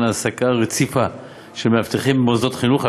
העסקה רציפה של מאבטחים במוסדות החינוך,